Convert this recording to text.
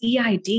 EID